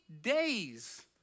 days